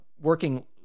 working